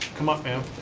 come up, ma'am.